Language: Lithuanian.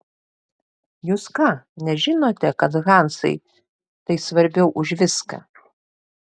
jūs ką nežinote kad hanzai tai svarbiau už viską